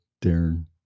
Darren